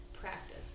practice